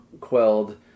quelled